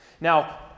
Now